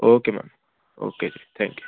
okay ma'am okay ji thank you